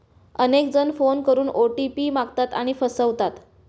अनेक जण फोन करून ओ.टी.पी मागतात आणि फसवतात